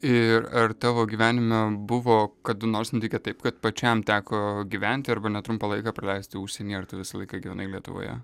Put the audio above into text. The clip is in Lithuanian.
ir ar tavo gyvenime buvo kada nors nutikę taip kad pačiam teko gyventi arba netrumpą laiką praleisti užsienyje ar tu visą laiką gyvenai lietuvoje